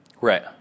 Right